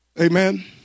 amen